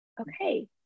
okay